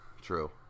True